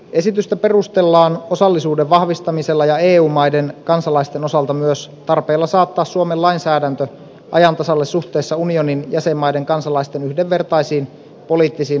esitystä perustellaan osallisuuden vahvistamisella ja eu maiden kansalaisten osalta myös tarpeella saattaa suomen lainsäädäntö ajan tasalle suhteessa unionin jäsenmaiden kansalaisten yhdenvertaisiin poliittisiin oikeuksiin